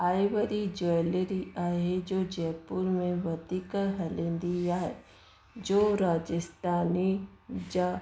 Ivory jewellery आहे जो जयपुर में वधीक हलंदी आहे जो राजस्थानी जा